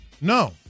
No